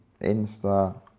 Insta